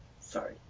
Sorry